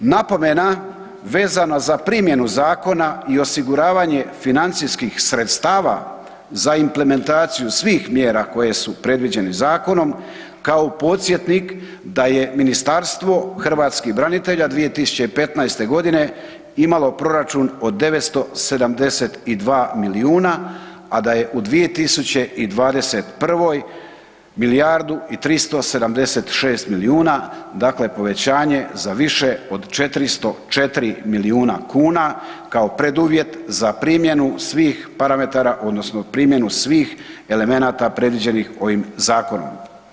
Napomena vezana za primjenu zakona i osiguravanje financijskih sredstava za implementaciju svih mjera koje su predviđene zakonom, kao podsjetnik da je Ministarstvo hrvatskih branitelja 2015. g. imalo proračun od 972 milijuna a da je u 2021. milijardu i 376 milijuna, dakle povećanje za više od 404 milijuna kn kao preduvjet za primjenu parametara odnosno primjenu svih elemenata predviđenih ovih zakonom.